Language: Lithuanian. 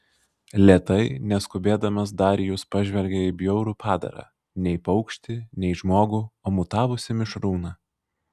lėtai neskubėdamas darijus pažvelgė į bjaurų padarą nei paukštį nei žmogų o mutavusį mišrūną